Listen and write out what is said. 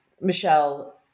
Michelle